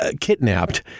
kidnapped